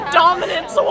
dominance